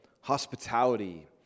hospitality